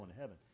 heaven